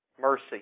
Mercy